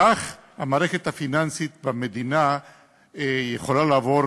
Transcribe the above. כך המערכת הפיננסית במדינה יכולה לעבור